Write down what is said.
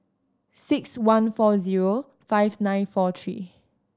six one four zero five nine four three